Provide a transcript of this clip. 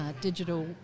digital